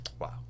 Wow